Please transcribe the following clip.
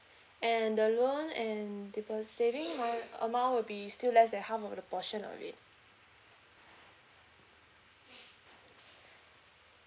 and the loan and depo~ saving wise amount will be still less than half of the portion of it